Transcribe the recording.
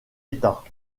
état